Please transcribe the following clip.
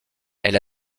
elle